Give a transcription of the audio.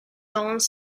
dans